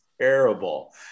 terrible